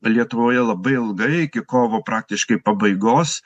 lietuvoje labai ilgai iki kovo praktiškai pabaigos